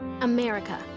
America